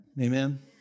Amen